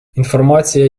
інформація